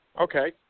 Okay